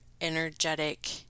energetic